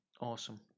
Awesome